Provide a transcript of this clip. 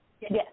Yes